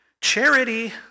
Charity